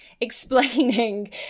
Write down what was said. explaining